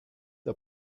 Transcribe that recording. der